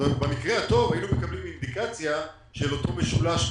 במקרה הטוב היינו מקבלים אינדיקציה של אותו משולש.